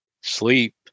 Sleep